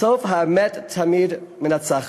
בסוף האמת תמיד מנצחת.